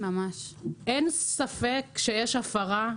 אין ספק שיש הפרה,